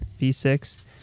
V6